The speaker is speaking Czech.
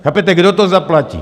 Chápete, kdo to zaplatí?